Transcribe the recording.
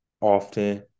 often